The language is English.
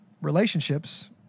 relationships